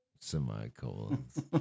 semicolons